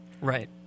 right